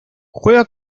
juega